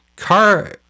Car